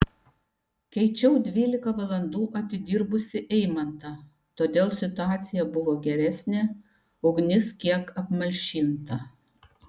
keičiau dvylika valandų atidirbusį eimantą todėl situacija buvo geresnė ugnis kiek apmalšinta